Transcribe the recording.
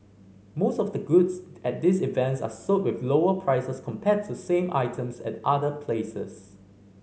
most of the goods at these events are sold with lower prices compared to same items at other places